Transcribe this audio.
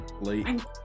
Late